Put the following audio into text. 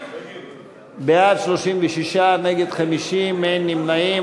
בעד, 36, נגד, 50, אין נמנעים.